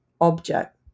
object